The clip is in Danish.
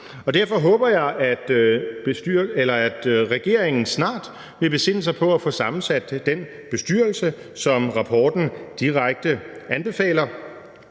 Derfor håber jeg, at regeringen snart vil besinde sig på at få sammensat den bestyrelse, som rapporten direkte anbefaler